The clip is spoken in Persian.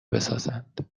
بسازند